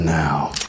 now